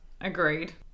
agreed